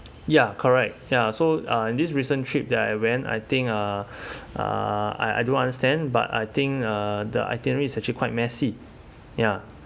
ya correct ya so uh this recent trip that I went I think uh uh uh I do understand but I think uh the itinerary it's actually quite messy ya